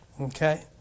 Okay